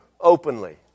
openly